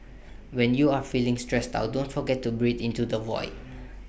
when you are feeling stressed out don't forget to breathe into the void